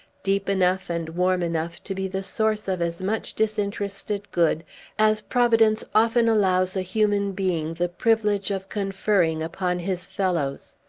deep enough and warm enough to be the source of as much disinterested good as providence often allows a human being the privilege of conferring upon his fellows.